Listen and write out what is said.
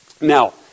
Now